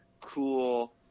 cool